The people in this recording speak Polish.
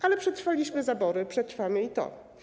Ale przetrwaliśmy zabory, przetrwamy i to.